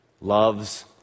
loves